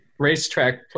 racetrack